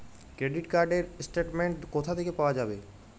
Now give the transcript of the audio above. Credit card র statement কোথা থেকে পাওয়া যাবে?